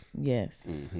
Yes